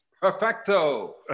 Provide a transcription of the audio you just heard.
perfecto